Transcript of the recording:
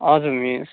हजुर मिस